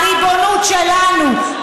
הריבונות שלנו,